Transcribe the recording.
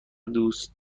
دوست